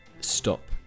stop